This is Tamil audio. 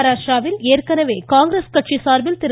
மஹாராஷ்டிராவில் ஏற்கனவே காங்கிரஸ் கட்சி சார்பில் திரு